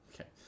Okay